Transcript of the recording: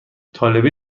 طالبی